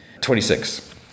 26